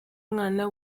mwana